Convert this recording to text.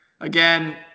Again